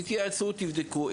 תתייעצו ותבדקו,